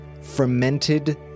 fermented